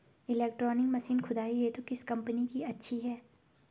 Electronic machine खुदाई हेतु किस कंपनी की अच्छी है?